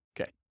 Okay